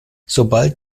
sobald